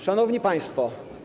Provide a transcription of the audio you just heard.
Szanowni Państwo!